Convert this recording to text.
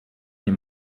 nie